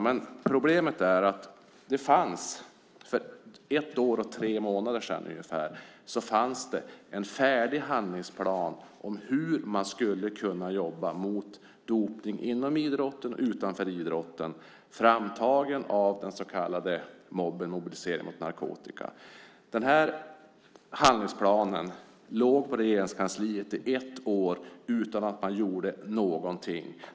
Men problemet är att det för ungefär ett år och tre månader sedan fanns en färdig handlingsplan om hur man skulle kunna jobba mot dopning både inom och utanför idrotten - en handlingsplan framtagen av Mobilisering mot narkotika. Handlingsplanen låg på Regeringskansliet i ett år utan att man gjorde någonting.